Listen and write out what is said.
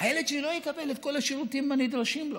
הילד שלי לא יקבל את כל השירותים הנדרשים לו.